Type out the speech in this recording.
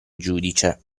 giudice